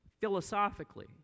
philosophically